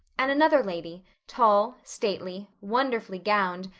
and another lady, tall stately, wonderfully gowned,